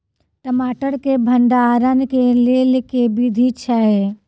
टमाटर केँ भण्डारण केँ लेल केँ विधि छैय?